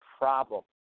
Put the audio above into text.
problem